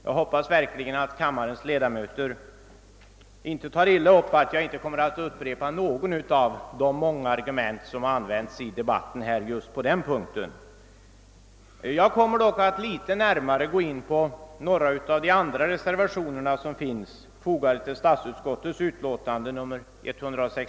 Jag hoppas att kammarens ledamöter inte tar illa upp att jag inte upprepar något av de många argument som har anförts i debatten på den punkten. Jag kommer dock att något närmare gå in på några av de andra reservationerna som finns fogade till detta utlåtande.